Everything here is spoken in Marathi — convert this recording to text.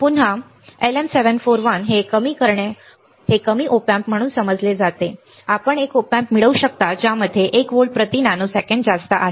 पुन्हा LM741 हे कमी Op amp म्हणून समजले जाते आपण एक Op amp मिळवू शकता ज्यामध्ये 1 व्होल्ट प्रति नॅनोसेकंद जास्त आहे